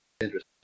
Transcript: interesting